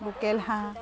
local হাঁহ